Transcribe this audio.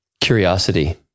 curiosity